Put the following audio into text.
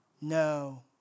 No